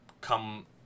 come